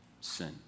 sin